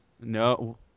No